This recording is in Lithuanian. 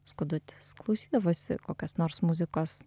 skudutis klausydavosi kokios nors muzikos